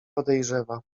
podejrzewa